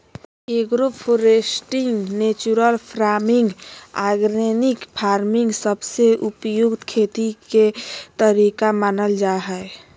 agro foresting, natural farming, organic farming सबसे उपयुक्त खेती के तरीका मानल जा हय